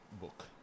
Book